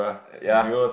ya